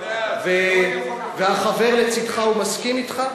תהיה הסכמה כזאת, והחבר לצדך, הוא מסכים אתך?